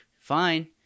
fine